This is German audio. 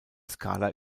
skala